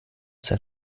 sein